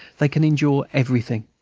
they can endure everything.